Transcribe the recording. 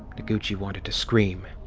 noguchi wanted to scream.